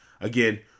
Again